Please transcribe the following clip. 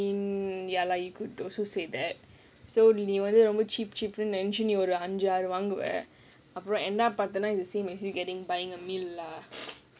I mean ya lah you could also say that so cheap cheap end up அஞ்சாறு வாங்குவ:anjaaru vaanguva it's the same as you getting buying a meal lah